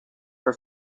for